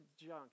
junk